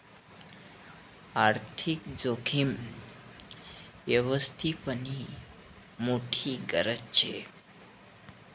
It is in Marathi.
आर्थिक जोखीम यवस्थापननी मोठी गरज शे